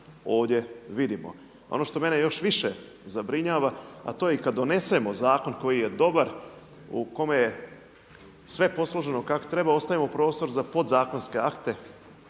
ovdje vidimo. Ono što mene još više zabrinjava, a to je i kad donesemo zakon koji je dobar, u kome je sve posloženo kako treba ostavimo prostor za podzakonske akte